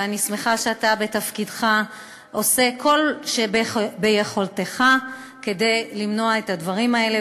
ואני שמחה שאתה בתפקידך עושה כל שביכולתך כדי למנוע את הדברים האלה.